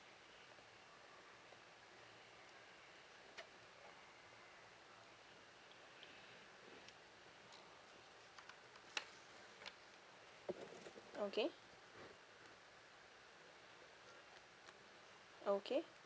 okay okay